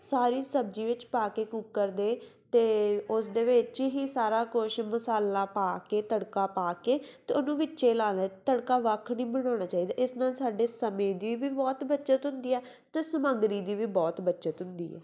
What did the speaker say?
ਸਾਰੀ ਸਬਜ਼ੀ ਵਿੱਚ ਪਾ ਕੇ ਕੁੱਕਰ ਦੇ ਅਤੇ ਉਸ ਦੇ ਵਿੱਚ ਹੀ ਸਾਰਾ ਕੁਛ ਮਸਾਲਾ ਪਾ ਕੇ ਤੜਕਾ ਪਾ ਕੇ ਅਤੇ ਉਹਨੂੰ ਵਿੱਚੇ ਲਾ ਲਏ ਤੜਕਾ ਵੱਖ ਨਹੀਂ ਬਣਾਉਣਾ ਚਾਹੀਦਾ ਇਸ ਨਾਲ ਸਾਡੇ ਸਮੇਂ ਦੀ ਵੀ ਬਹੁਤ ਬੱਚਤ ਹੁੰਦੀ ਆ ਅਤੇ ਸਮੱਗਰੀ ਦੀ ਵੀ ਬਹੁਤ ਬੱਚਤ ਹੁੰਦੀ ਹੈ